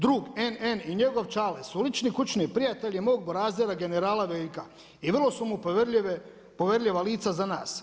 Drug NN i njegov čale su lični kućni prijatelji mog burazera generala Veljka i vrlo su mu poverljiva lica za nas.